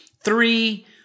three